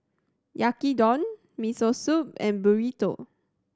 Yaki Udon Miso Soup and Burrito